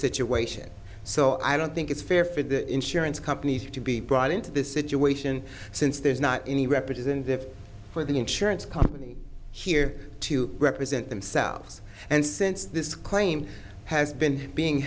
situation so i don't think it's fair for the insurance company to be brought into this situation since there's not any representative for the insurance company here to represent themselves and since this claim has been being